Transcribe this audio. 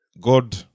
God